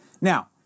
Now